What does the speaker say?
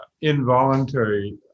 involuntary